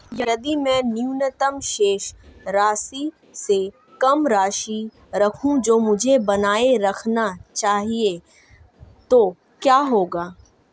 यदि मैं न्यूनतम शेष राशि से कम राशि रखूं जो मुझे बनाए रखना चाहिए तो क्या होगा?